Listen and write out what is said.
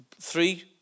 three